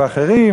ואחרים,